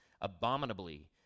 abominably